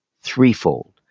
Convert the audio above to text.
threefold